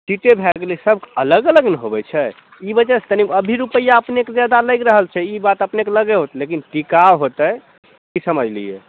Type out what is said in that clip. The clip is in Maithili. टीके भए गेलै सब अलग अलग ने होइ छै ई वजह से तनी अभी रूपैआ अपनेके जादे लागि रहल छै ई बात अपनेके लगे होत लेकिन टिकाउ होतै की समझलिए